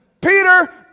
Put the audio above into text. Peter